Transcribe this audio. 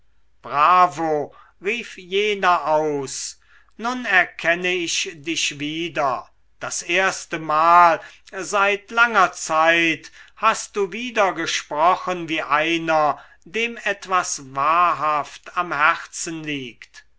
bravo rief jener aus nun erkenne ich dich wieder das erstemal seit langer zeit hast du wieder gesprochen wie einer dem etwas wahrhaft am herzen liegt